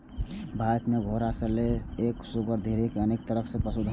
भारत मे घोड़ा सं लए कए सुअर धरि अनेक तरहक पशुधन छै